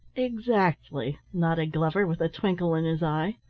exactly, nodded glover with a twinkle in his eye.